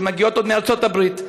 שמגיעות עוד מארצות הברית,